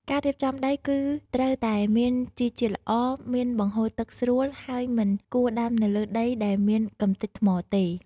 ការរៀបចំដីគឺត្រូវតែមានជីជាតិល្អ មានបង្ហូរទឹកស្រួល ហើយមិនគួរដាំនៅលើដីដែលមានកម្ទេចថ្មទេ។